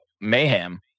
mayhem